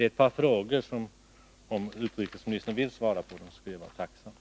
Jag skulle vara tacksam, om utrikesministern ville svara på dessa frågor.